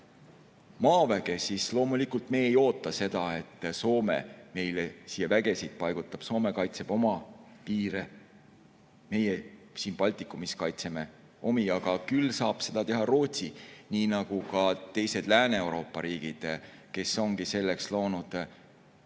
maaväge, siis loomulikult me ei oota seda, et Soome meile siia vägesid paigutab. Soome kaitseb oma piire, meie siin Baltikumis kaitseme omi. Aga küll saab seda teha Rootsi, nii nagu ka teised Lääne-Euroopa riigid, kes ongi selleks loonud